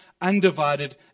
undivided